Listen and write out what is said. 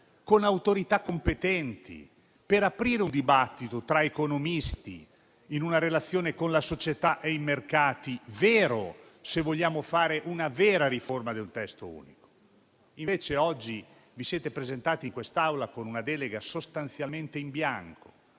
con autorità competenti, per aprire un vero dibattito tra economisti, in una relazione con la società e i mercati, se vogliamo fare una vera riforma del testo unico. Invece oggi vi siete presentati in quest'Aula con una delega sostanzialmente in bianco,